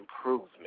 improvement